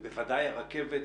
ובוודאי הרכבת,